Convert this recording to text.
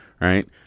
right